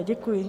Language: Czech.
Děkuji.